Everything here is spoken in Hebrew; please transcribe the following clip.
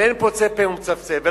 ואין פוצה פה ומצפצף.